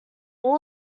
all